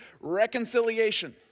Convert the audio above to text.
Reconciliation